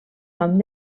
nom